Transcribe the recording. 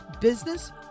business